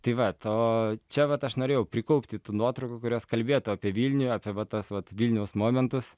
tai vat o čia vat aš norėjau prikaupti tų nuotraukų kurios kalbėtų apie vilnių apie vat tas vat vilniaus momentus